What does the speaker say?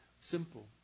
Simple